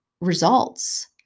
results